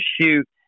shoot